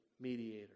mediator